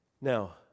Now